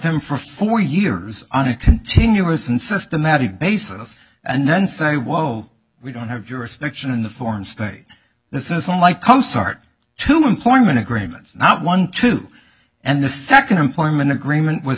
them for four years on a continuous and systematic basis and then say whoa we don't have jurisdiction in the form state this isn't like coast guard to employment agreements not one two and the second employment agreement was